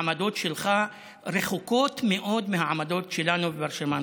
העמדות שלך רחוקות מאוד מהעמדות שלנו והרשימה המשותפת.